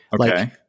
Okay